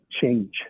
change